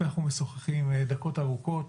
ואנחנו משוחחים דקות ארוכות.